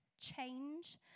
change